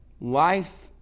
life